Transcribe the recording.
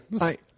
Right